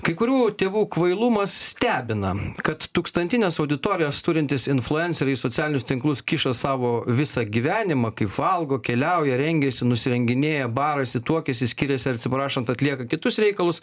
kai kurių tėvų kvailumas stebina kad tūkstantines auditorijas turintys influenceriai socialinius tinklus kiša savo visą gyvenimą kaip valgo keliauja rengiasi nusirenginėja barasi tuokiasi skiriasiar atsiprašant atlieka kitus reikalus